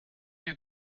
you